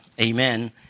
Amen